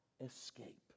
escape